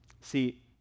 See